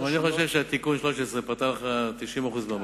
אני חושב שתיקון 13 פתר לך 90% מהבעיה.